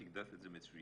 את הגדרת את זה מצוין.